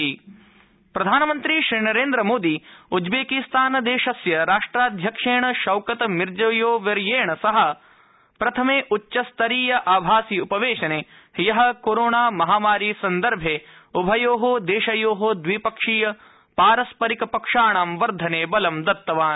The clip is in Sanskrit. मोदी उज़्ब्रिस्तान भारत प्रधानमंत्री श्री नरेन्द्रमोदी उज़्बेकिस्तानदेशस्य राष्ट्राध्यक्षेण शौकत मिर्जियोयेव वर्येण सह प्रथमे उच्चस्तरीय आभासी उपवेशने ह्य कोरोणामहामारी सन्दर्भे उभयोः देशयोः द्विपक्षीय पारस्परिक पक्षाणां वर्धने बलं दत्तवान्